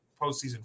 postseason